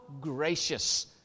gracious